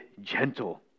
gentle